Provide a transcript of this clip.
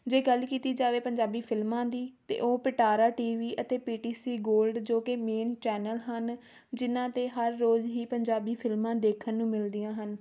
ਜੇ ਗੱਲ ਕੀਤੀ ਜਾਵੇ ਪੰਜਾਬੀ ਫਿਲਮਾਂ ਦੀ ਤਾਂ ਉਹ ਪਿਟਾਰਾ ਟੀ ਵੀ ਅਤੇ ਪੀ ਟੀ ਸੀ ਗੋਲਡ ਜੋ ਕਿ ਮੇਨ ਚੈਨਲ ਹਨ ਜਿਨ੍ਹਾਂ 'ਤੇ ਹਰ ਰੋਜ਼ ਹੀ ਪੰਜਾਬੀ ਫਿਲਮਾਂ ਦੇਖਣ ਨੂੰ ਮਿਲਦੀਆਂ ਹਨ